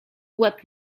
łeb